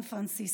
פרנסיסקו.